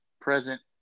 present